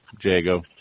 Jago